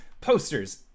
posters